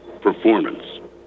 performance